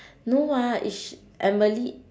no what is she emily